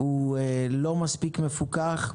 הוא לא מספיק מפוקח.